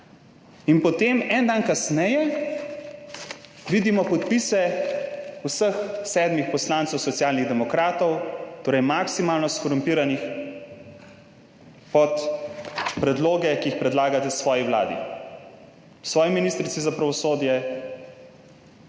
In potem en dan kasneje vidimo podpise vseh sedmih poslancev Socialnih demokratov, torej maksimalno skorumpiranih, pod predloge, ki jih predlagate svoji Vladi, svoji ministrici za pravosodje,